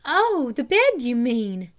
oh, the bed you mean,